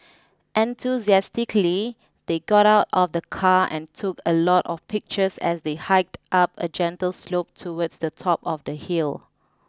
enthusiastically they got out of the car and took a lot of pictures as they hiked up a gentle slope towards the top of the hill